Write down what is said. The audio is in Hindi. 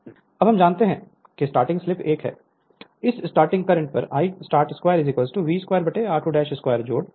Refer Slide Time 1227 अब हम जानते हैं कि स्टार्टिंग स्लिप 1 पर starting current Istart 2 V 2r22 x 2 2 हैं